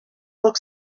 look